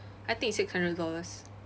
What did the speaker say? I think it's six hundred dollars